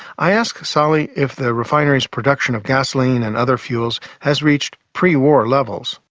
i asked sahli if the refinery's production of gasoline and other fuels has reached pre-war levels.